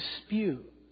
dispute